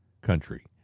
country